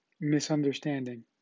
Misunderstanding